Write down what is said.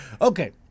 Okay